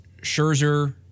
Scherzer